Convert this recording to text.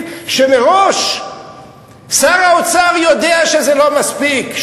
שמראש שר האוצר יודע שזה לא מספיק,